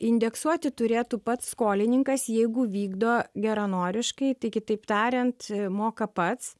indeksuoti turėtų pats skolininkas jeigu vykdo geranoriškai tai kitaip tariant moka pats